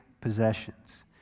possessions